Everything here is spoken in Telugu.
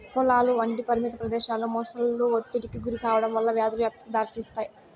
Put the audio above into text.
పొలాలు వంటి పరిమిత ప్రదేశాలలో మొసళ్ళు ఒత్తిడికి గురికావడం వల్ల వ్యాధుల వ్యాప్తికి దారితీస్తాది